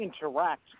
interact